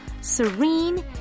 serene